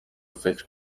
فکر